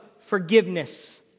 forgiveness